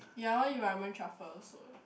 yeah I want eat ramen truffle also